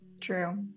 True